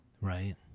right